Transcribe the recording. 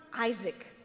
Isaac